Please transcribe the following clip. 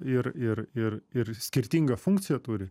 ir ir ir ir skirtingą funkciją turi